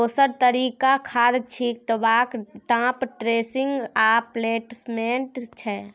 दोसर तरीका खाद छीटबाक टाँप ड्रेसिंग आ प्लेसमेंट छै